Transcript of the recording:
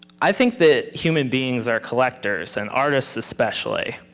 i think the human beings are collectors and artists especially.